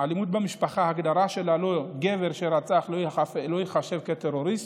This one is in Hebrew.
ההגדרה היא של אלימות במשפחה וגבר שרצח לא ייחשב כטרוריסט,